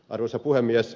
arvoisa puhemies